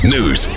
News